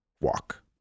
walk